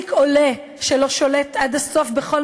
להעסיק עולה שלא שולט עד הסוף בכל